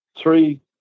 three